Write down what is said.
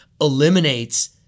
eliminates